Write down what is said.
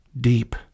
deep